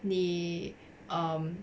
你 um